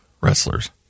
wrestlers